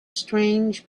strange